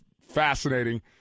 fascinating